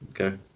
Okay